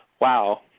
Wow